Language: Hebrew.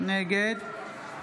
נגד